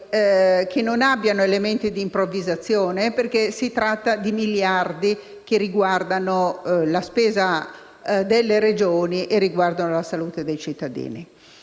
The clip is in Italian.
che non contengano elementi di improvvisazione, perché si tratta di miliardi che riguardano la spesa delle Regioni e la salute dei cittadini.